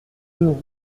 deux